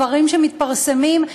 דברים שמתפרסמים.